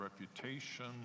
reputation